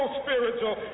spiritual